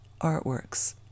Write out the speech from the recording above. artworks